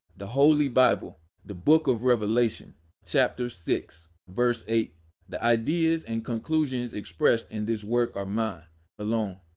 the holy bible the book of revelation chapter six verse eight the ideas and conclusions expressed in this work are mine alone.